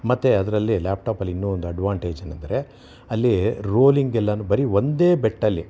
ಮತ್ತು ಅದರಲ್ಲಿ ಲ್ಯಾಪ್ ಟಾಪಲ್ಲಿ ಇನ್ನೂ ಒಂದು ಅಡ್ವಾಂಟೇಜ್ ಏನೆಂದರೆ ಅಲ್ಲಿ ರೋಲಿಂಗ್ ಎಲ್ಲನೂ ಬರಿ ಒಂದೇ ಬೆಟ್ಟಲ್ಲಿ